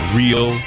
real